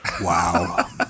Wow